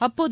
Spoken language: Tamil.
அப்போது